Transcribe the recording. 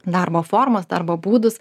darbo formas darbo būdus